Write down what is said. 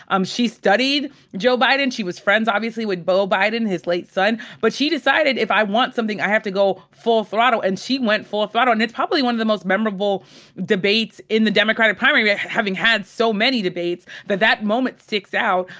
um she studied joe biden. she was friends obviously with beau biden, his late son. but she decided, if i want something, i have to go full throttle. and she went full throttle. and it's probably one of the most memorable debates in the democratic primary, having had so many debates. but that moment sticks out.